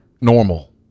normal